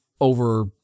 over